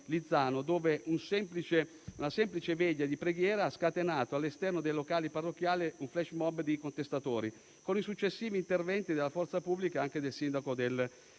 Lizzano, dove una semplice veglia di preghiera ha scatenato all'esterno dei locali parrocchiali un *flash mob* di contestatori, con i successivi interventi della forza pubblica e anche del sindaco del